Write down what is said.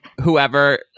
whoever